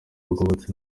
rwubatswe